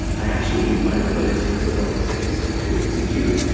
i actually need multiple instances of the second step to execute,